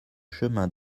chemin